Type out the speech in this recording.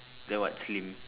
then what s~ game